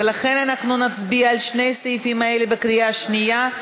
ולכן אנחנו נצביע על הסעיפים האלה בקריאה שנייה,